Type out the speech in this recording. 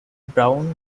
brown